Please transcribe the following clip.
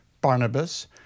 Barnabas